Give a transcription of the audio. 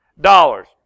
dollars